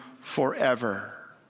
forever